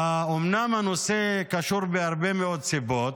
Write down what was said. אומנם הנושא קשור בהרבה מאוד סיבות,